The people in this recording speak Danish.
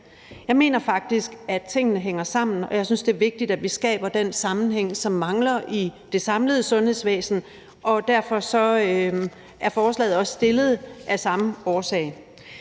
Jeg mener faktisk, at tingene hænger sammen, og jeg synes, det er vigtigt, at vi skaber den sammenhæng, som mangler i det samlede sundhedsvæsen, og forslaget er fremsat af samme årsag.